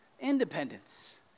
Independence